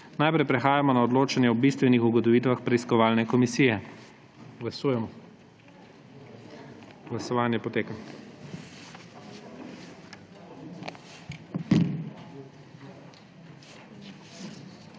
Najprej prehajamo na odločanje o bistvenih ugotovitvah preiskovalne komisije. Glasujemo. Navzočih